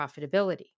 profitability